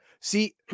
See